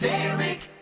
Derek